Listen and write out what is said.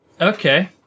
Okay